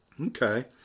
Okay